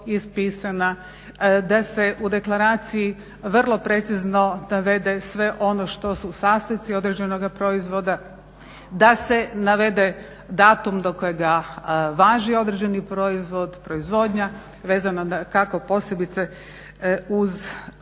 ispisana, da se u deklaraciji vrlo precizno navede sve ono što su sastojci određenoga proizvoda, da se navede datum do kojega važi određeni proizvod, proizvodnja, vezano dakako posebice uz zamrzavanje,